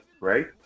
right